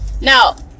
now